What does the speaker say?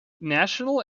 national